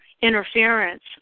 interference